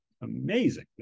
amazing